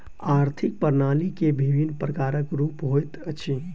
आर्थिक प्रणाली के विभिन्न प्रकारक रूप होइत अछि